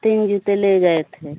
तीन जूते ले गए थे